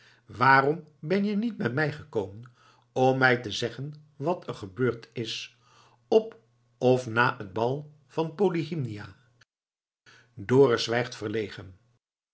waarom ben je niet bij mij gekomen om mij te zeggen wat er gebeurd is op of na het bal van polyhymnia dorus zwijgt verlegen